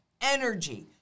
energy